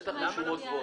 בטח בשומות גבוהות.